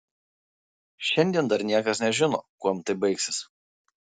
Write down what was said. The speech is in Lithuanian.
šiandien dar niekas nežino kuom tai baigsis